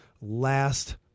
last